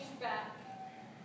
back